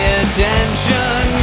attention